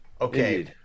Okay